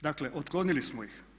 Dakle otklonili smo ih.